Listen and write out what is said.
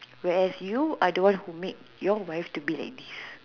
where as you I don't want whom make your wife to be like this